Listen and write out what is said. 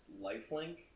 lifelink